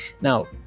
Now